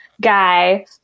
guy